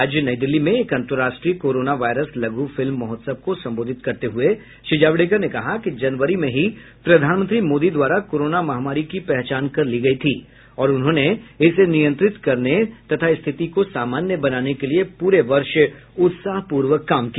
आज नई दिल्ली में एक अंतर्राष्ट्रीय कोरोना वायरस लघु फिल्म महोत्सव को संबोधित करते हुए श्री जावड़ेकर ने कहा कि जनवरी में ही प्रधानमंत्री मोदी द्वारा कोरोना महामारी की पहचान कर ली गई थी और उन्होंने इसे नियंत्रित करने तथा स्थिति को सामान्य बनाने के लिए पूरे वर्ष उत्साहपूर्वक काम किया